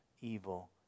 evil